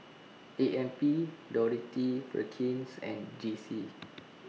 A M P Dorothy Perkins and D C